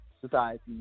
society